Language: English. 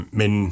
men